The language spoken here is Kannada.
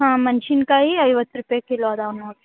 ಹಾಂ ಮೆಣಸಿನ್ಕಾಯಿ ಐವತ್ತು ರೂಪಾಯಿ ಕಿಲೋ ಅದಾವೆ ನೋಡಿರಿ